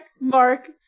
mark